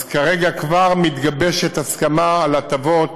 כרגע כבר מתגבשת הסכמה על הטבות,